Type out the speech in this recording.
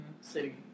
city